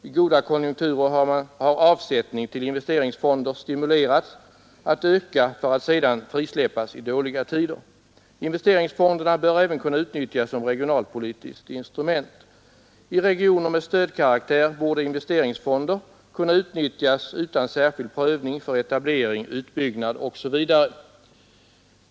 I goda konjunkturer har avsättning till investeringsfonder stimulerats att öka för att sedan frisläppas i dåliga tider. Investeringsfonderna bör även kunna utnyttjas såsom regionalpolitiskt instrument. I regioner med stödkaraktär borde investeringsfonder kunna utnyttjas utan särskild prövning för etablering, utbyggnad osv.